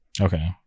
okay